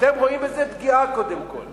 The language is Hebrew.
אתם רואים בזה פגיעה קודם כול?